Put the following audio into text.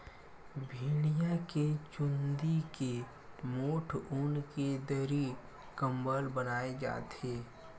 भेड़िया के चूंदी के मोठ ऊन के दरी, कंबल बनाए जाथे